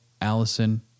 Allison